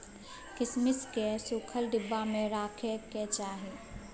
किशमिश केँ सुखल डिब्बा मे राखे कय चाही